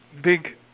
big